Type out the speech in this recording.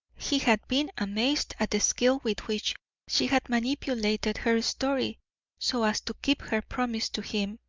he had been amazed at the skill with which she had manipulated her story so as to keep her promise to him,